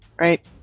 Right